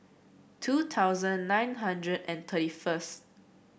two thousand nine hundred and thirty first